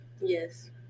Yes